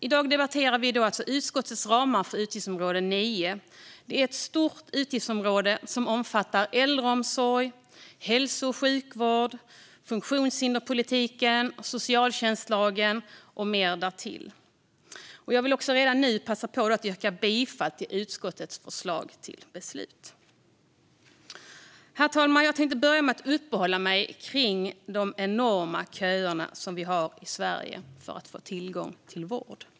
I dag debatterar vi utskottets ramar för utgiftsområde 9. Det är ett stort utgiftsområde som omfattar äldreomsorg, hälso och sjukvård, funktionshinderspolitiken, socialtjänstlagen och mer därtill. Jag vill redan nu passa på att yrka bifall till utskottets förslag till beslut. Herr talman! Jag tänkte börja med att uppehålla mig vid de enorma köer vi i Sverige har för att få tillgång till vård.